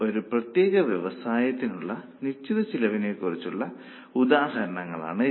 ഒരു പ്രത്യേക വ്യവസായത്തിലുള്ള നിശ്ചിത ചെലവിനെ കുറച്ച് ഉദാഹരണങ്ങൾ ആണ് ഇവ